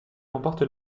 remporte